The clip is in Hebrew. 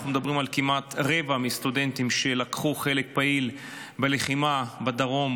אנחנו מדברים על כמעט רבע מהסטודנטים שלקחו חלק פעיל בלחימה בדרום,